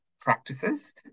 Practices